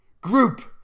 Group